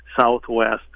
southwest